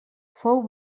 fou